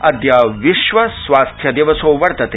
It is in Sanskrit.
अद्य विश्व स्वास्थ्य दिवसो वर्तते